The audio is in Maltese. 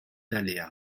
għaliha